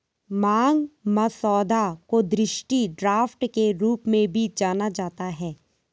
मांग मसौदा को दृष्टि ड्राफ्ट के रूप में भी जाना जाता है